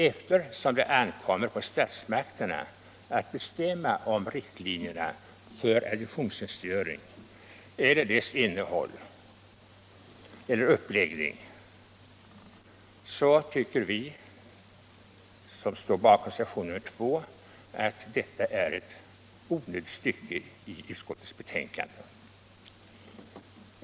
Eftersom det ankommer på statsmakterna att bestämma riktlinjerna för adjunktionstjänstgöringen, dess innehåll och uppläggning, tycker vi som står bakom reservationen att detta stycke är onödigt i utskottsbetänkandet.